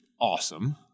awesome